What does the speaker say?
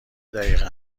دقیقه